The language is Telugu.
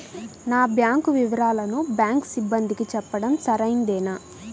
నా బ్యాంకు వివరాలను బ్యాంకు సిబ్బందికి చెప్పడం సరైందేనా?